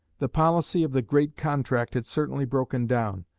the policy of the great contract had certainly broken down,